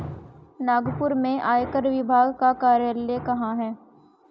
नागपुर में आयकर विभाग का कार्यालय कहाँ है?